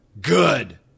good